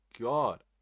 god